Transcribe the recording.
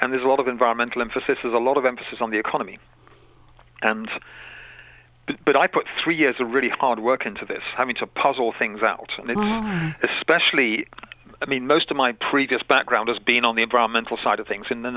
and there's a lot of environmental and for sisters a lot of emphasis on the economy and but i put three years a really hard work into this i mean to puzzle things out especially i mean most of my previous background as being on the environmental side of things in the